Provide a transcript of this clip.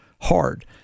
hard